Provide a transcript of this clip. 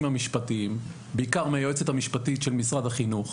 המשפטיים; בעיקר מהיועצת המשפטית של משרד החינוך.